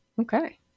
Okay